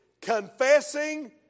Confessing